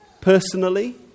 personally